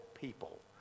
people